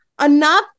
enough